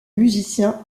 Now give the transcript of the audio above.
musicien